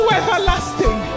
everlasting